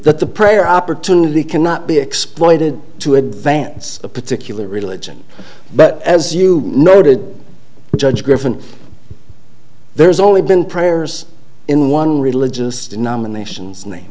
the prayer opportunity cannot be exploited to advance a particular religion but as you noted judge griffin there's only been prayers in one religious denominations